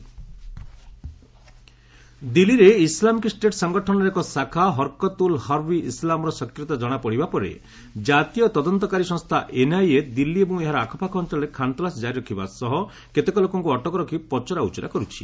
NIA ISIS ଦିଲ୍ଲୀରେ Islamic state ସଫଗଠନର ଏକ ଶାଖା ହରକତ ଉଲ୍ ହର୍ବ ଇ ଇସ୍ଲାମ୍ର ସକ୍ରିୟତା କ୍ରଣାପଡ଼ିବା ପରେ ଜାତୀୟ ତଦନ୍ତକାରୀ ସଂସ୍ଥା ଏନ୍ଆଇଏ ଦିଲ୍ଲୀ ଏବଂ ଏହାର ଆଖପାଖ ଅଞ୍ଚଳରେ ଖାନ୍ତଲାସ ଜାରି ରଖିବା ସହ କେତେକ ଲୋକଙ୍କୁ ଅଟକ ରଖି ପଚରା ଉଚୁରା କର୍ୁଛି